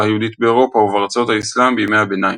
היהודית באירופה ובארצות האסלאם בימי הביניים.